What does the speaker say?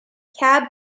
cab